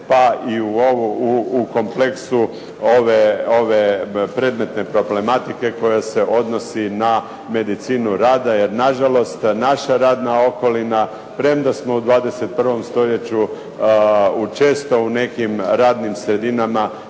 pa i u kompleksnu ove predmetne problematike koja se odnosi na medicinu rada, jer na žalost naša radna okolina, premda smo u 21. stoljeću često u nekim radnim sredinama